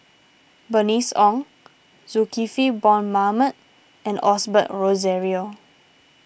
Bernice Ong Zulkifli Bong Mohamed and Osbert Rozario